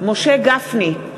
משה גפני,